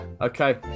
okay